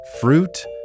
fruit